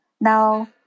Now